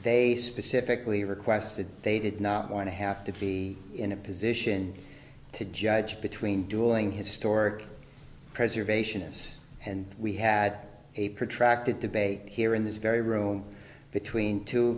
they specifically requested they did not want to have to be in a position to judge between dueling historic preservation is and we had a protracted debate here in this very room between two